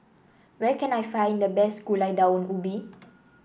where can I find the best Gulai Daun Ubi